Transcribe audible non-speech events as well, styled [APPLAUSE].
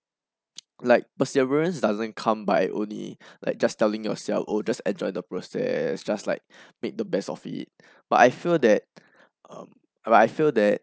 like perseverance doesn't come by only [BREATH] like just telling yourself oh just enjoy the process just like [BREATH] made the best of it [BREATH] but I feel that [BREATH] um I feel that